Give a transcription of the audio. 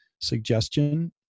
suggestion